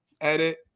edit